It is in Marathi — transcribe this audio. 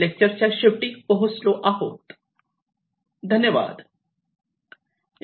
आपण डिफरंट प्रोटोकॉल आणि त्यांच्याबद्दल डिटेल मध्ये इन डेप्थ चर्चा केली